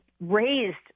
raised